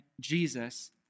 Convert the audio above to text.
Jesus